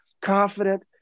confident